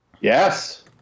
Yes